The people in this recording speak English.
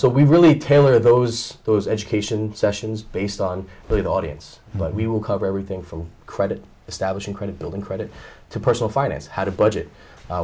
so we really tailor those those education sessions based on the audience but we will cover everything from credit establishing credibility credit to personal finance how to budget